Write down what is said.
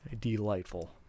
delightful